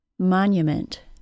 monument